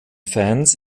fans